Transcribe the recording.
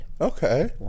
Okay